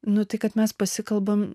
nu tai kad mes pasikalbam